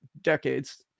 decades